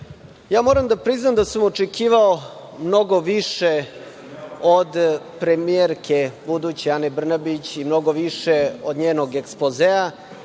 moram da priznam da sam očekivao mnogo više od buduće premijerke, Ane Brnabić, mnogo više od njenog ekspozea,